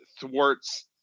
thwarts